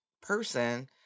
person